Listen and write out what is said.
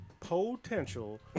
Potential